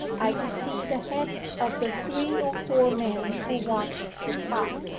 i could see the heads of the three or four men who watched the spot.